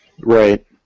Right